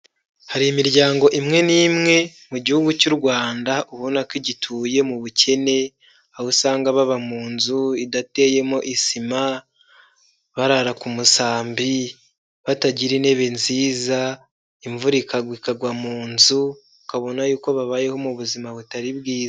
Hari imiryango imwe n'imwe mu gihugu cy'u Rwanda ubona ko igituye mu bukene, aho usanga baba mu nzu idateyemo isima, barara ku musambi, batagira intebe nziza imvura ikagwa ikagwa mu nzu ukabona yuko babayeho mu buzima butari bwiza.